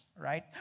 right